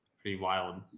pretty wild.